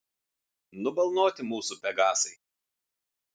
nubalnoti mūsų pegasai